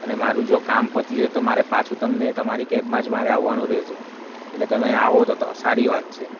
અને મારૂં જો કામ પતી જાય તો મારે પાછું તમારે તમારી કેબમાં જ મારે આવવાનું રહેશે એટલે તમે આવો તો તો સારી વાત છે